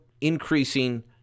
increasing